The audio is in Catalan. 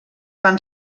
fan